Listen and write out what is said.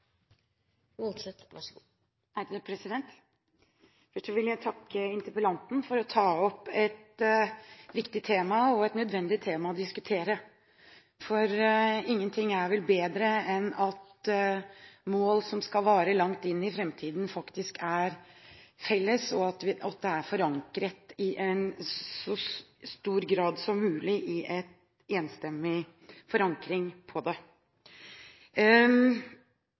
Først vil jeg takke interpellanten for å ta opp et viktig og nødvendig tema å diskutere. Ingenting er vel bedre enn at mål som skal vare langt inn i framtiden, faktisk er felles, og at det i så stor grad som mulig er en enstemmig forankring på det.